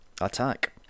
attack